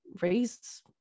raise